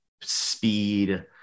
speed